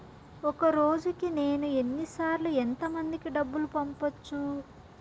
ఒక రోజుకి నేను ఎన్ని సార్లు ఎంత మందికి డబ్బులు పంపొచ్చు?